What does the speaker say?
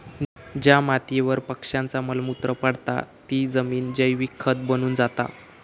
ज्या मातीयेवर पक्ष्यांचा मल मूत्र पडता ती जमिन जैविक खत बनून जाता